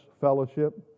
fellowship